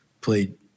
played